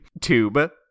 tube